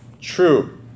true